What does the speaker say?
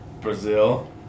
Brazil